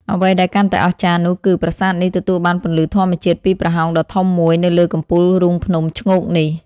អ្វីដែលកាន់តែអស្ចារ្យនោះគឺប្រាសាទនេះទទួលបានពន្លឺធម្មជាតិពីប្រហោងដ៏ធំមួយនៅលើកំពូលរូងភ្នំឈ្ងោកនេះ។